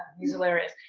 he's hilarious.